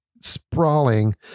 sprawling